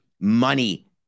money